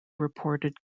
reported